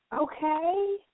Okay